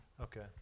Okay